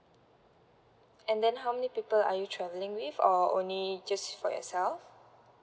and then how many people are you travelling with or only just for yourself